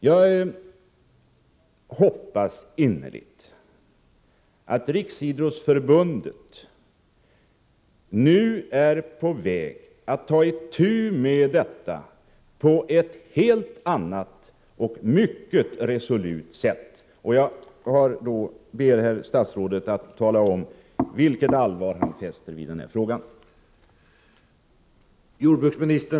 Jag hoppas innerligt att Riksidrottsförbundet nu kommer att ta itu med dopingproblemet på ett helt annat och mer resolut sätt än tidigare. Jag ber statsrådet att tala om hur han ser på den här frågan.